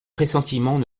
pressentiments